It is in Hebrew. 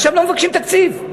עכשיו, לא מבקשים תקציב,